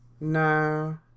No